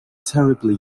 terribly